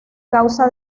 causa